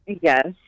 Yes